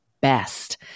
best